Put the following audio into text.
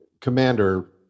Commander